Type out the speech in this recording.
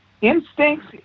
instincts